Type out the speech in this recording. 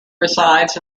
resides